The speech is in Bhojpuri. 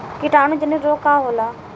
कीटाणु जनित रोग का होला?